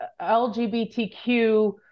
LGBTQ